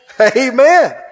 Amen